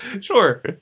Sure